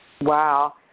Wow